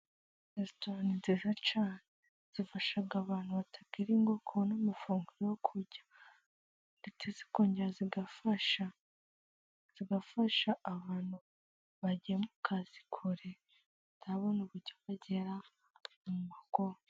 Resitora ni nziza cyane zifasha abantu batagira ingo kubona amafunguro yo kurya, ndetse zikongera zigafasha abantu bagiye mu kazi kure batabona uburyo bagera mu ngo.